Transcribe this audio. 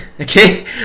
okay